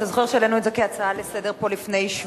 אתה זוכר שהעלינו את זה כהצעה לסדר-היום פה לפני שבועיים,